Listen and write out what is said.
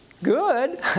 Good